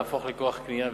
להפוך לכוח קנייה,